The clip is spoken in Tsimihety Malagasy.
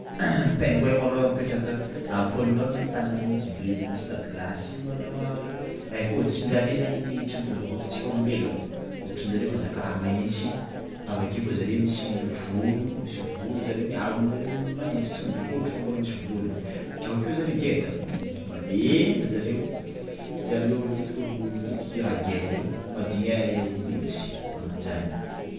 Pingouin malôha mipetraka am'pôle nord na am'tany manintsy be misy lagilasy io malôha ay hôditrin-jare zany tsy mitovy amin'ny hôditrintsika olombelogno, hôditrin-jareo mahazaka raha manintsy avy ake koa zare misy vôlo misy vôlo zare miaro am'zare manintsy, tsy tonga de hôditra fa mbôla misy vôlony avy akeo zareo geda m- maventy zareo, zany hoe ôl- matetiky ôlogno matetiky raha geda io madigna nintsy, magnan-jany.